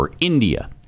India